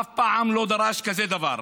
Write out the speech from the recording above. אף פעם לא דרש כזה דבר.